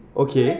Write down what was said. okay